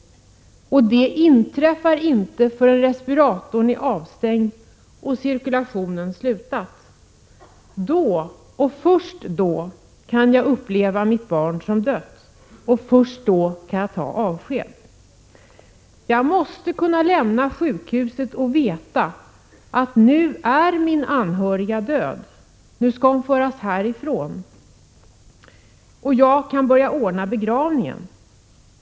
Och det inträffar inte förrän respiratorn är avstängd och cirkulationen upphört. Då, men först då, kan jag uppleva mitt barn som dött, och först då kan jag ta avsked. Jag måste kunna lämna sjukhuset och veta, att nu är min anhöriga död, nu skall hon föras därifrån och jag kan börja ordna begravningen.